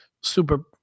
super